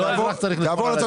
ליאור נוריאל,